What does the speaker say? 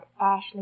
Ashley